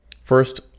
First